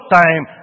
time